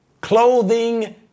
clothing